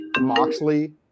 Moxley